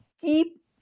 keep